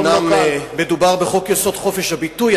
אומנם מדובר בחוק-יסוד: חופש הביטוי,